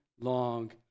long